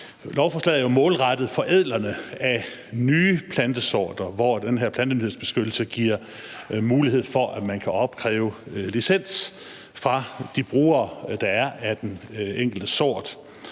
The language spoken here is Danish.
Lovforslaget er målrettet forædlerne af nye plantesorter, hvor den her plantenyhedsbeskyttelse giver mulighed for, at man kan opkræve licens fra de brugere, der er, af den enkelte sort.